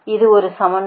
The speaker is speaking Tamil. இது ஒரு சமன்பாடு